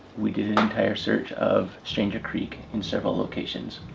we did an entire search of stranger creek in several locations.